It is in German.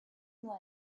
nur